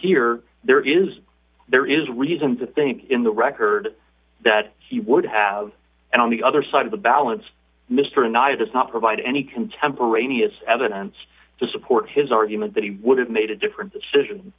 here there is there is reason to think in the record that he would have and on the other side of the balance mr nigh this not provide any contemporaneous evidence to support his argument that he would have made a different decision